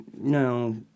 no